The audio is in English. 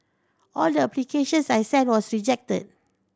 all the applications I sent was rejected